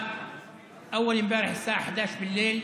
שכונה 36 בתל שבע.